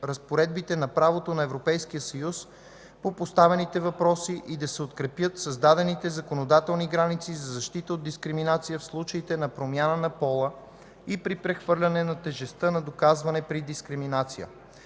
разпоредбите на правото на Европейския съюз по поставените въпроси и да се укрепят създадените законодателни гаранции за защита от дискриминация в случаите на промяна на пола и при прехвърляне на тежестта на доказване при дискриминация.